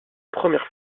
première